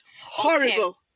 horrible